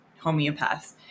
homeopaths